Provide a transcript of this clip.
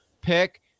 pick